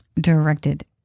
directed